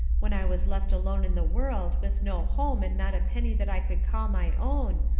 when i was left alone in the world with no home and not a penny that i could call my own,